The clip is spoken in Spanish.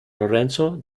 lorenzo